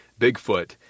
Bigfoot